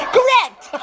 Correct